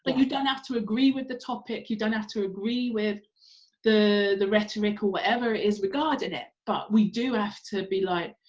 but you don't have to agree with the topic, you don't have to agree with the the rhetoric or whatever it is regarding it but we do have to be like,